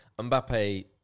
Mbappe